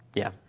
yeah.